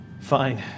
fine